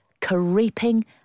creeping